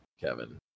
Kevin